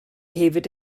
hefyd